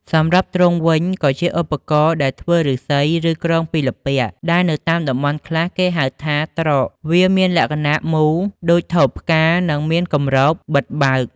សម្រាប់ទ្រុងវិញក៏ជាឧបករណ៍ដែលធ្វើឫស្សី ឬក្រងពីល្ពាក់ដែលនៅតាមតំបន់ខ្លះគេហៅថា ត្រក វាមានលក្ខណៈមូលដូចថូផ្កានិងមានគម្របបិទបើក។